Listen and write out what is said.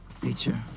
teacher